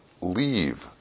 Leave